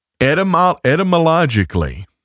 Etymologically